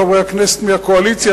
חברי הכנסת מהקואליציה,